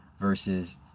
versus